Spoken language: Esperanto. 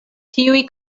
tiuj